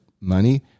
money